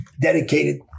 dedicated